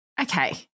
Okay